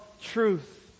Truth